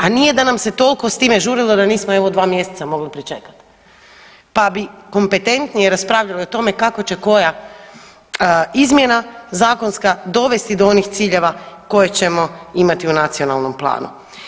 A nije da nam se toliko s time žurilo da nismo evo 2 mjeseca mogli pričekati pa bi kompetentnije raspravljali o tome kako će koja izmjena zakonska dovesti do onih ciljeva koje ćemo imati u nacionalnom planu.